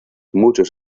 muchos